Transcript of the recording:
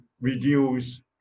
reduce